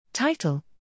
Title